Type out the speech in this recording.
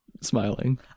smiling